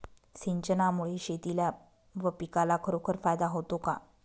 सिंचनामुळे शेतीला व पिकाला खरोखर फायदा होतो का?